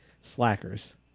Slackers